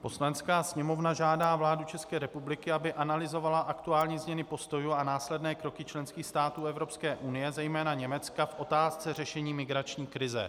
Poslanecká sněmovna žádá vládu České republiky, aby analyzovala aktuální změny postojů a následné kroky členských států Evropské unie, zejména Německa v otázce řešení migrační krize.